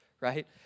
right